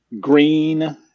green